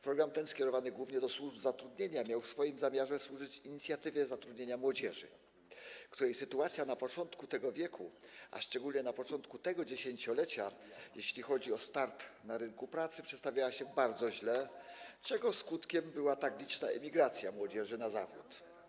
Program ten, skierowany głównie do służb zatrudnienia, miał - taki był zamiar - służyć inicjatywie zatrudnienia młodzieży, której sytuacja na początku tego wieku, a szczególnie na początku tego dziesięciolecia, jeśli chodzi o start na rynku pracy, przedstawiała się bardzo źle, czego skutkiem była tak liczna emigracja młodzieży na Zachód.